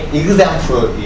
example